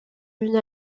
une